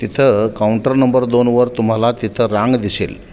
तिथं counter number दोनवर तुम्हाला तिथं रांग दिसेल